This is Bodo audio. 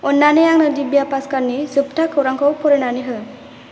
अन्नानै आंनो दिब्या भास्करनि जोब्था खौरांखौ फरायनानै हो